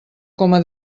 coma